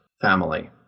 family